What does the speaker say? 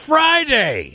Friday